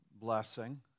blessing